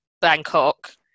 Bangkok